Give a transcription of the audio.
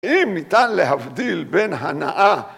אם ניתן להבדיל בין הנאה